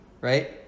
right